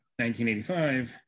1985